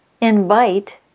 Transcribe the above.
invite